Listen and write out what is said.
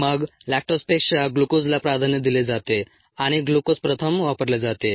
मग लॅक्टोजपेक्षा ग्लुकोजला प्राधान्य दिले जाते आणि ग्लुकोज प्रथम वापरले जाते